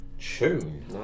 tune